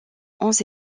onze